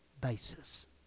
basis